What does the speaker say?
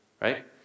right